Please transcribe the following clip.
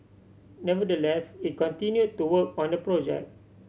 nevertheless it continue to work on the project